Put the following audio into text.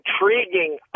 intriguing